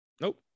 Nope